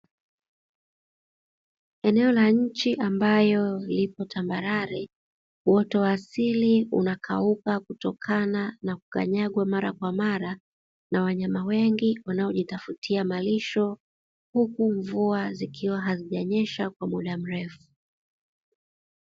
Eneo la nji ambalo liko tambarare uoto wa asili unakauka kutokana na kukanyagwa mara kwa mara na wanyama wengi wanaojitafutia malisho, huku mvua zikiwa hazijanuesha kwa muda mrefu.